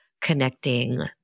connecting